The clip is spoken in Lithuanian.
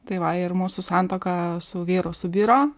tai va ir mūsų santuoka su vyru subiro